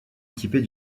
équipée